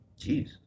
Jeez